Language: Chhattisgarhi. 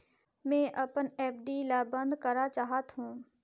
मैं अपन एफ.डी ल बंद करा चाहत हों